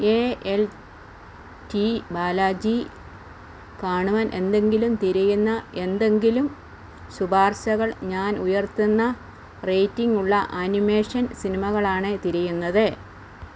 A L T Balaji കാണുവാൻ എന്തെങ്കിലും തിരയുന്ന എന്തെങ്കിലും ശുപാർശകൾ ഞാൻ ഉയർത്തുന്ന റേയ്റ്റിംഗുള്ള ആനിമേഷൻ സിനിമകളാണ് തിരയുന്നത്